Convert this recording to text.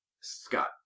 Scott